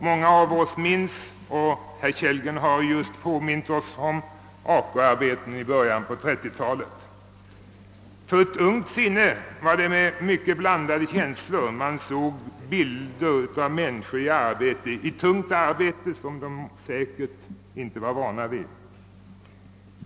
Många av oss minns AK-arbetena i början på 1930-talet, och herr Kellgren har påmint oss om dem. En ung människa såg med mycket blandade känslor bilder av människor i ett tungt arbete, som de säkerligen inte var vana vid.